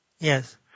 Yes